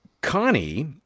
Connie